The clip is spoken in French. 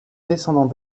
descendant